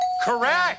Correct